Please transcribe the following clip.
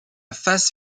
phase